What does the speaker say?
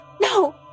No